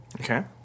Okay